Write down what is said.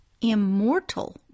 immortal